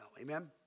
Amen